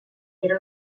era